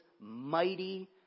mighty